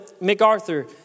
MacArthur